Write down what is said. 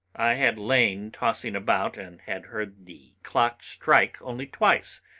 i had lain tossing about, and had heard the clock strike only twice,